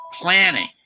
planning